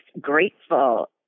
grateful